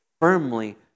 firmly